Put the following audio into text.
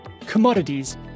commodities